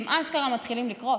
הם אשכרה מתחילים לקרות.